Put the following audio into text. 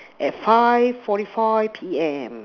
at five forty five P_M